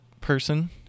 person